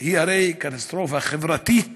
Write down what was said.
היא הרי קטסטרופה חברתית